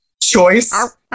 choice